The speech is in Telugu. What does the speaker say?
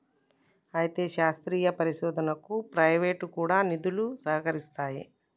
అయితే శాస్త్రీయ పరిశోధనకు ప్రైవేటు కూడా నిధులు సహకరిస్తాయి